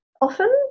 Often